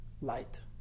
light